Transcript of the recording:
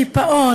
קיפאון,